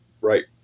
Right